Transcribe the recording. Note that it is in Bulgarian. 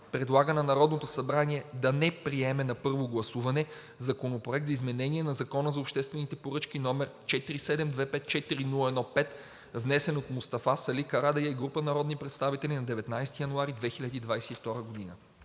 предлага на Народното събрание да не приеме на първо гласуване Законопроект за изменение на Закона за обществените поръчки, № 47-254-01-5, внесен от Мустафа Сали Карадайъ и група народни представители на 19 януари 2022 г.